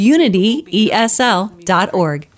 UnityESL.org